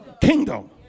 Kingdom